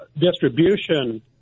distribution